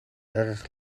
erg